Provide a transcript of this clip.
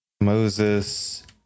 Moses